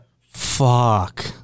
Fuck